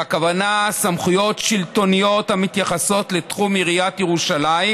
והכוונה לסמכויות שלטוניות המתייחסות לתחום עיריית ירושלים,